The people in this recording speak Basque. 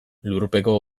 lurpeko